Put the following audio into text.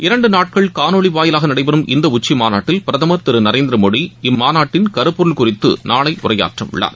இரண்டு நாட்கள் காணொலி வாயிலாக நடைபெறும் இந்த உச்சி மாநாட்டில் பிரதமர் திரு நரேந்திர மோடி இம்மாநாட்டின் கருபொருள் குறித்து நாளை உரையாற்ற உள்ளார்